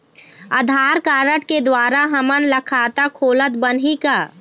आधार card के द्वारा हमन ला खाता खोलत बनही का?